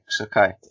okay